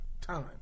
time